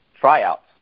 tryouts